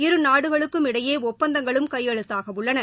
இரு நாடுகளுக்கும் இடையே ஒப்பந்தங்களும் கையெழுத்தாக உள்ளன